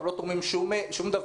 אנחנו לא תורמים שום דבר.